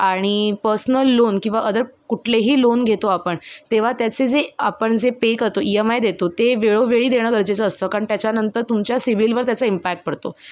आणि personal loan किंवा other कुठलेही लोन घेतो आपण तेव्हा त्याचे जे आपण जे पे करतो ई एम आय देतो ते वेळोवेळी देणं गरजेचं असतं कारण त्याच्यानंतर तुमच्या सिविलवर त्याचा इम्पॅक्ट पडतो